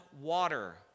water